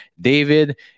David